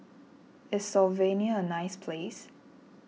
is Slovenia a nice place